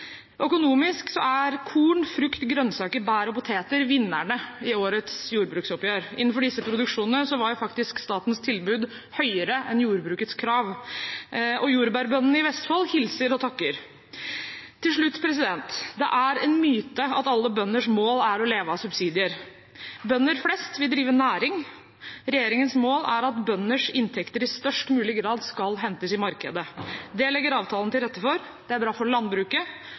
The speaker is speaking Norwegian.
er korn, frukt, grønnsaker, bær og poteter vinnerne i årets jordbruksoppgjør. Innenfor disse produksjonene var faktisk statens tilbud høyere enn jordbrukets krav. Jordbærbøndene i Vestfold hilser og takker. Til slutt: Det er en myte at alle bønders mål er å leve av subsidier. Bønder flest vil drive næring. Regjeringens mål er at bøndenes inntekter i størst mulig grad skal hentes i markedet. Det legger avtalen til rette for. Det er bra for landbruket,